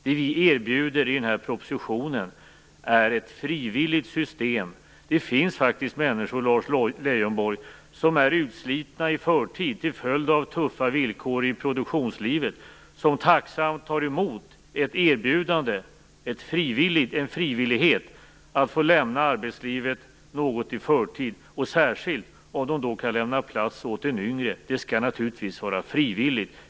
Vad vi erbjuder i propositionen är ett frivilligt system. Det finns faktiskt människor, Lars Leijonborg, som är utslitna i förtid till följd av tuffa villkor i produktionslivet, vilka tacksamt tar emot ett erbjudande om att frivilligt få lämna arbetslivet något i förtid, särskilt om de då kan lämna plats åt en yngre. Det skall naturligtvis vara frivilligt.